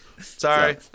Sorry